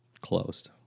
Closed